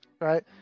right